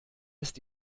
ist